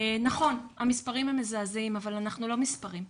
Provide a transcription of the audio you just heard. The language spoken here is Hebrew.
נכון, המספרים הם מזעזעים, אבל אנחנו לא מספרים.